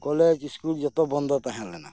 college school ᱡᱚᱛᱚ ᱵᱚᱱᱫᱚ ᱛᱟᱦᱮᱸ ᱞᱮᱱᱟ